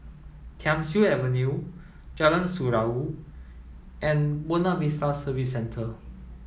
Thiam Siew Avenue Jalan Surau and Buona Vista Service Centre